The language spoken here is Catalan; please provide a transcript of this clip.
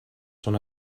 són